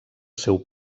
seu